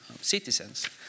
citizens